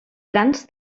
grans